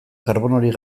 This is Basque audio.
karbonorik